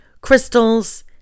crystals